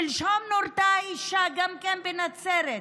שלשום נורתה אישה בנצרת,